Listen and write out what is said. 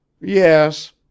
Yes